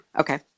Okay